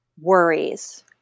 worries